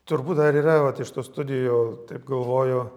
turbūt dar yra vat iš tų studijų taip galvoju